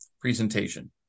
presentation